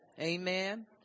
Amen